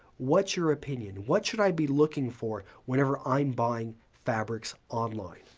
what's your opinion? what should i be looking for whenever i'm buying fabrics online?